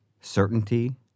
certainty